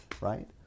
right